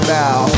now